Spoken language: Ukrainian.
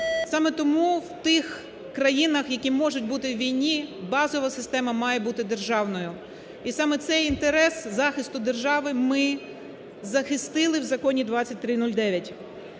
Саме тому в тих країнах, які можуть бути в війні, базова система має бути державною. І саме цей інтерес захисту держави ми захистили в Законі 2309.